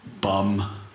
bum